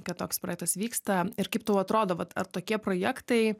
kad toks projektas vyksta ir kaip tau atrodo vat ar tokie projektai